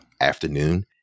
afternoon